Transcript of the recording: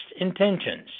intentions